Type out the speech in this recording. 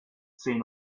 seen